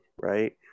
right